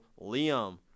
liam